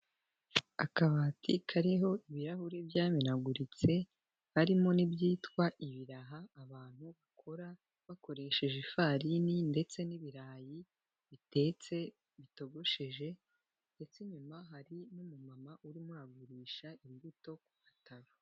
Akabati kariho ibirahuri byamenaguritse, harimo n'ibyitwa ibiraha abantu bakora bakoresheje ifarini ndetse n'ibirayi bitetse bitogosheje, ndetse inyuma hari n'umumama urimo uragurisha imbuto ku gataro.